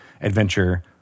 adventure